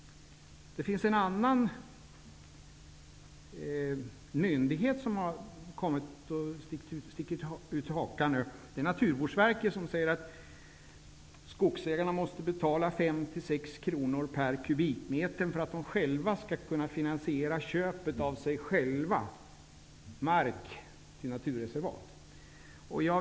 Det finns en annan myndighet som har stuckit ut hakan, nämligen Naturvårdsverket. Man säger att skogsägarna måste betala 5--6 kronor per kubikmeter för att de själva skall kunna finansiera köpet av mark till naturreservat.